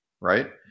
Right